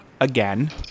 again